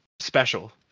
special